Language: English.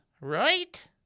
right